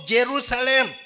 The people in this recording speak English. Jerusalem